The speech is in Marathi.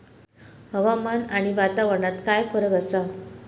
हवामान आणि वातावरणात काय फरक असा?